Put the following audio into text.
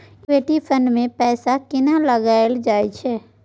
Equity fund मे पैसा कोना लगाओल जाय छै?